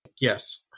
yes